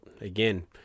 again